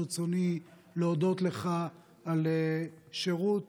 ברצוני להודות לך על שירות